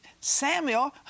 Samuel